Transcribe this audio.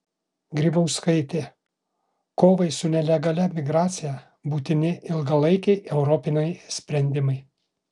grybauskaitė kovai su nelegalia migracija būtini ilgalaikiai europiniai sprendimai